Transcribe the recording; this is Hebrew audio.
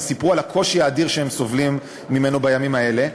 וסיפרו על הקושי האדיר שהם סובלים ממנו בימים האלה.